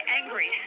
angry